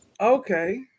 Okay